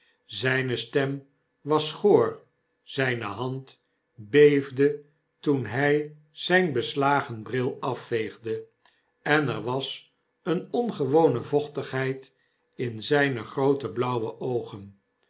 zijne stem was schor zyne hand beefde toen hy zyn beslagen bril afveegde en er was eene ongewone vochtigheid in zijne groote blauwe oogen